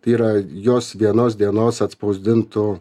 tai yra jos vienos dienos atspausdintų